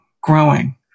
growing